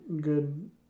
good